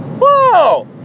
Whoa